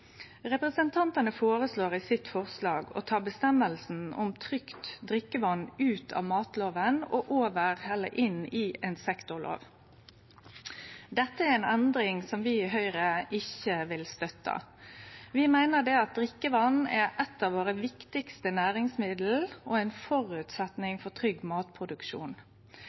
Representantane føreslår i forslaget sitt å ta føresegna om trygt drikkevatn ut av matloven og inn i ein sektorlov. Dette er ei endring som vi i Høgre ikkje vil støtte. Vi meiner at drikkevatn er eit av dei viktigaste næringsmidla våre og ein føresetnad for trygg matproduksjon.